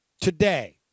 today